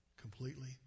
completely